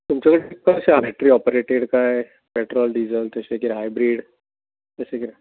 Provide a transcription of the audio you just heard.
तुमचे कडेन कशें आं फॅक्टरी ऑपरेटेड काय पॅट्रॉल डिजल तशें कितें हायब्रीड तशें कितें